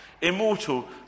immortal